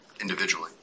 individually